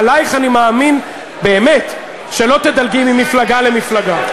עלייך אני מאמין באמת שלא תדלגי ממפלגה למפלגה,